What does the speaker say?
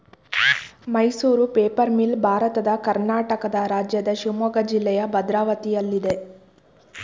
Mysuru paper mill ಭಾರತದ ಕರ್ನಾಟಕ ರಾಜ್ಯದ ಶಿವಮೊಗ್ಗ ಜಿಲ್ಲೆಯ ಭದ್ರಾವತಿಯಲ್ಲಯ್ತೆ